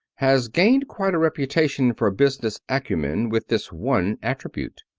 has gained quite a reputation for business acumen with this one attribute.